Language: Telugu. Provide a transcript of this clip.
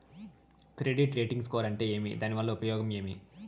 క్రెడిట్ రేటింగ్ స్కోరు అంటే ఏమి దాని వల్ల ఉపయోగం ఏమి?